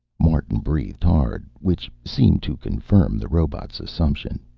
martin breathed hard, which seemed to confirm the robot's assumption.